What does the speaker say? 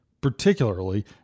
particularly